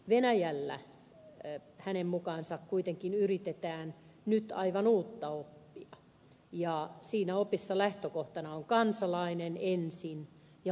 venäjällä hänen mukaansa kuitenkin yritetään nyt aivan uutta oppia ja siinä opissa lähtökohtana on kansalainen ensin ja valtio sitten